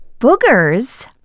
Boogers